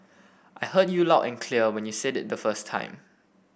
I heard you loud and clear when you said it the first time